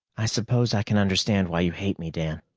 i suppose i can understand why you hate me, dan.